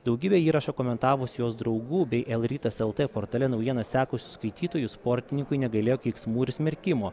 daugybė įrašą komentavusių jos draugų bei lrytas lt portale naujienas sekusių skaitytojų sportininkui negailėjo keiksmų ir smerkimo